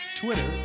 Twitter